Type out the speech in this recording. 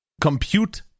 compute